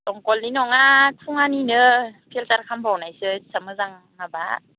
दंखलनि नङा थुङानिनो फिलटार खालामबावनायसो एसां मोजां माबा